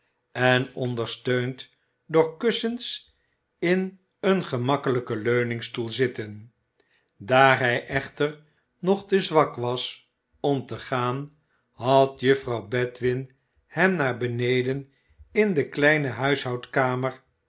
en ondersteund door kussens in een gemakkelijken leuningstoel zitten daar hij echter nog te zwak was om te gaan had juffrouw bedwin hem naar beneden in de kleine huishoudkamer